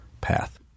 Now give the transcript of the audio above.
path